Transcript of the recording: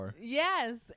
yes